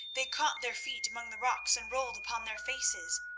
they caught their feet among the rocks, and rolled upon their faces.